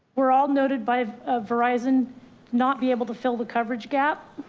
we're all noted by a verizon not be able to fill the coverage gap.